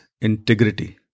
integrity